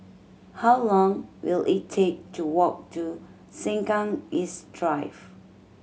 how long will it take to walk to Sengkang East Drive